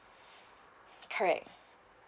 correct